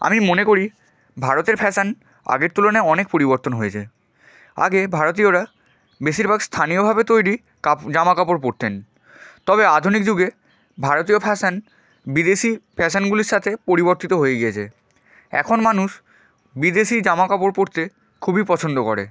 আমি মনে করি ভারতের ফ্যাশন আগের তুলনায় অনেক পরিবর্তন হয়েছে আগে ভারতীয়রা বেশিরভাগ স্থানীয়ভাবে তৈরি কাপ জামা কাপড় পরতেন তবে আধুনিক যুগে ভারতীয় ফ্যাশন বিদেশি ফ্যাশানগুলির সাথে পরিবর্তিত হয়ে গিয়েছে এখন মানুষ বিদেশি জামাকাপড় পরতে খুবই পছন্দ করে